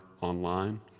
online